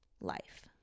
life